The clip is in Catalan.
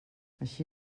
així